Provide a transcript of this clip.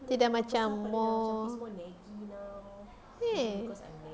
dia dah macam more